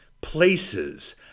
places